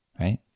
right